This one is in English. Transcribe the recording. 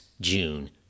June